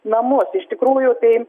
namus iš tikrųjų tai